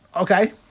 okay